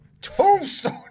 tombstone